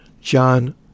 John